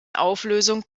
auflösung